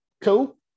Cool